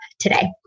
today